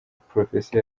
prof